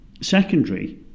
secondary